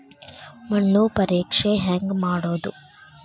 ಮಣ್ಣು ಪರೇಕ್ಷೆ ಹೆಂಗ್ ಮಾಡೋದು?